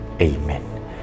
Amen